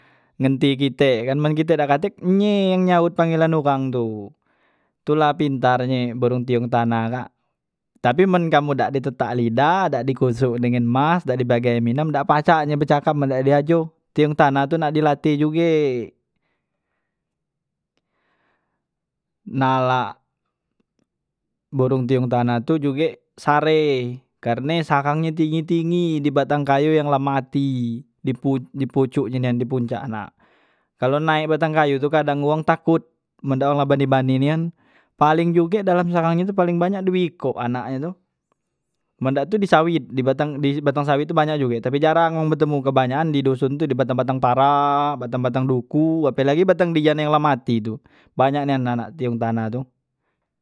Ngenti kite kan men kite dak katek nye yang nyaut panggelan wang tu, tula pintar nye borong tiyung tanah kak tapi men kamu dak di tetak lidah dak di kosok dengan emas dak di bagai minom dak pacak nye becakap men dak di ajo, tiyung tanah tu nak dilatih juge, nalak burung tiyung tanah tu juge sareh karne sarang nye tinggi- tinggi di batang kayu yang la mati di poc pocok nye nian di puncak nah, kalo naik batang kayu tu wang takut men dak bani bani nian, paling juge dalam sarang nye tu paling banyak due ikok anak nye tu men dak tu di sawit di batang di batang sawit tu banyak juge tapi jarang wong betemu kebanyakan di dosonn tu di batang- batang para batang- batang duku apelagi batang dian yang la mati tu banyak nian anak tiyung tanah tu.